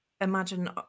imagine